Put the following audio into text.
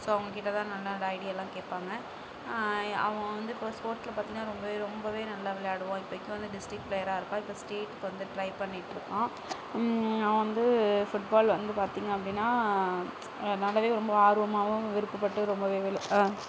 so அவங்கக்கிட்டதான் நல்ல நல்ல ஐடியாலாம் கேட்பாங்க அவங்க வந்து இப்போ ஸ்போர்ட்ஸில் பார்த்திங்கன்னா ரொம்பவே ரொம்பவே நல்லா விளையாடுவான் இப்பைக்கு வந்து டிஸ்ட்ரிக் பிளேயராக இருக்கான் இப்போ ஸ்டேட்க்கு வந்து ட்ரை பண்ணிக்கிட்டு இருக்கான் அவன் வந்து ஃபுட்பால் வந்து பார்த்தீங்க அப்படின்னா நல்லாவே ரொம்ப ஆர்வமாகவும் விருப்பப்பட்டு ரொம்பவே